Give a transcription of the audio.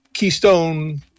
Keystone